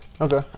Okay